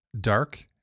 dark